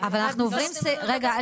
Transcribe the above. רגע,